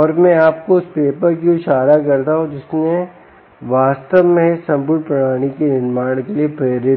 और मैं आपको उस पेपर की ओर इशारा करता हूं जिसने वास्तव में हमें इस संपूर्ण प्रणाली के निर्माण के लिए प्रेरित किया